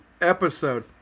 episode